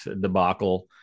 debacle